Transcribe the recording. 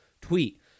tweet